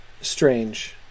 Strange